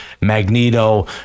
magneto